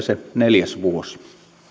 se neljäs vuosi